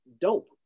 dope